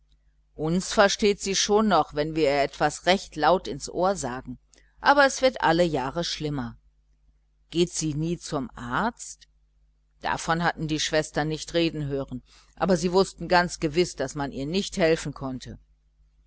uns versteht sie schon noch wenn wir ihr etwas recht laut ins ohr sagen aber es wird alle jahre schlimmer geht sie nie zum arzt davon hatten die schwestern nicht reden hören aber sie wußten ganz gewiß daß man ihr nicht helfen konnte